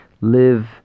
live